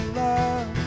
love